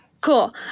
Cool